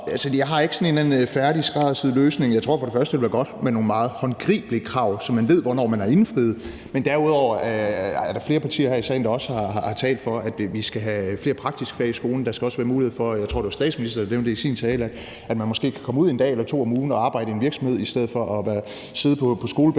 Jeg har ikke sådan en eller anden færdigskræddersyet løsning. Jeg tror for det første, at det ville være godt med nogle meget håndgribelige krav, som man ved hvornår man har indfriet. For det andet er der flere partier her i salen, der også har talt for, at vi skal have flere praktiske fag i skolen. Der skal også være mulighed for – jeg tror, det var statsministeren, der nævnte det i sin tale – at man måske kan komme ud en dag eller to om ugen og arbejde i en virksomhed i stedet for at sidde på skolebænken